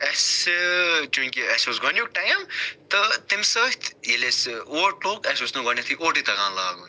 اسہِ چونٛکہ اسہِ اوس گۄڈٕ نیٛک ٹایِم تہٕ تَمہِ سۭتی ییٚلہِ اسہِ اوٹ لوگ اسہِ اوس نہٕ گۄڈٕنیٚتھٕے اوٹٕے تگان لاگُن